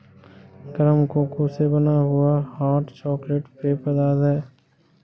गरम कोको से बना हुआ हॉट चॉकलेट पेय पदार्थ है